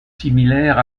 similaire